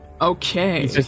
Okay